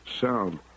sound